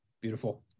Beautiful